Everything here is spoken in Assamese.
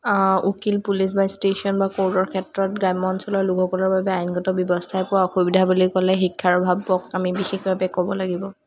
উকিল পুলিচ বা ষ্টেচন বা ক'ৰ্টৰ ক্ষেত্ৰত গ্ৰাম্য অঞ্চলৰ লোকসকলৰ বাবে আইনগত ব্যৱস্থা পোৱাত অসুবিধা বুলি ক'লে শিক্ষাৰ অভাৱক আমি বিশেষভাৱে ক'ব লাগিব